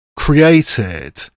Created